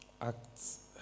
Acts